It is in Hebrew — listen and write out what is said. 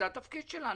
זה התפקיד שלנו.